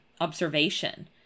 observation